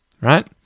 Right